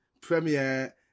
premiere